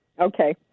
Okay